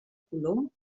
color